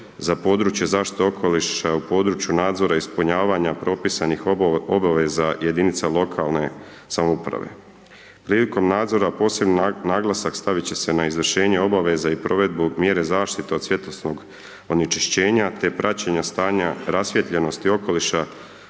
za područje zaštite okoliša u području nadzora ispunjavanja propisanih obaveza jedinica lokalne samouprave. Prilikom nadzora, posebno naglasak stavit će se na izvršenje obaveza i provedbu mjere zaštite od svjetlosnog onečišćenja, te praćenja stanja rasvijetljenosti okoliša